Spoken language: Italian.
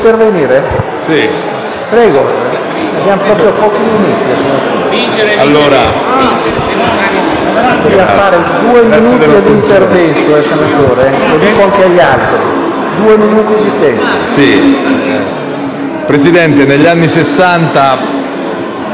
Presidente, negli anni Sessanta